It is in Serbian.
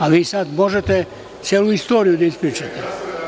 A vi sada možete celu istoriju da ispričate.